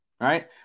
Right